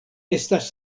estas